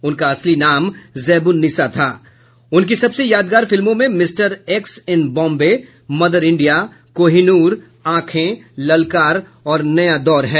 उनका असली नाम जैबूनिसा था उनकी सबसे यादगार फिल्मों में mister X in Bombay mother India Kohinoor Aankhen Lalkaar और नया दौर हैं